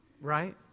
Right